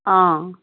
অঁ